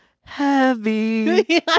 heavy